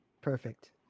Perfect